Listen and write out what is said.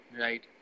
right